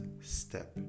step